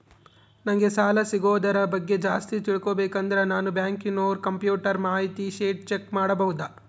ನಂಗೆ ಸಾಲ ಸಿಗೋದರ ಬಗ್ಗೆ ಜಾಸ್ತಿ ತಿಳಕೋಬೇಕಂದ್ರ ನಾನು ಬ್ಯಾಂಕಿನೋರ ಕಂಪ್ಯೂಟರ್ ಮಾಹಿತಿ ಶೇಟ್ ಚೆಕ್ ಮಾಡಬಹುದಾ?